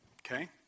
Okay